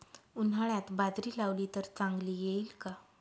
उन्हाळ्यात बाजरी लावली तर चांगली येईल का?